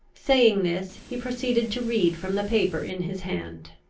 saying this, he proceeded to read from the paper in his hand.